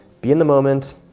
be in the moment.